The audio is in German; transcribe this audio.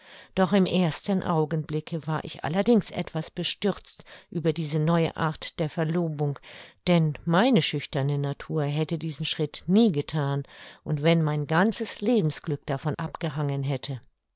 doch im ersten augenblicke war ich allerdings etwas bestürzt über diese neue art der verlobung denn meine schüchterne natur hätte diesen schritt nie gethan und wenn mein ganzes lebensglück davon abgehangen hätte